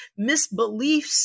misbeliefs